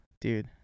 Dude